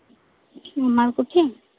ᱟᱢᱟᱨᱠᱩᱠᱩᱴᱷᱤ